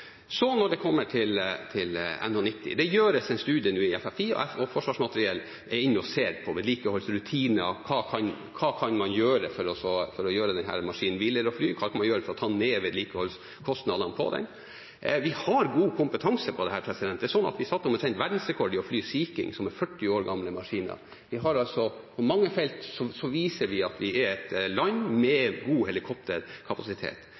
Det gjøres nå en studie i FFI, og Forsvarsmateriell er inne og ser på vedlikeholdsrutiner. Hva kan man gjøre for å gjøre denne maskinen billigere å fly, hva kan man gjøre for å ta ned vedlikeholdskostnadene på den? Vi har god kompetanse på dette. Vi satte omtrent verdensrekord i å fly Sea King, som er 40 år gamle maskiner. På mange felt viser vi altså at vi er et land